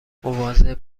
مواظب